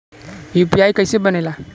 UPI कईसे बनेला?